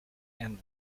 and